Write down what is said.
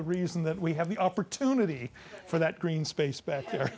the reason that we have the opportunity for that green space back there